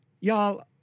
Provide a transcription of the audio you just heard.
Y'all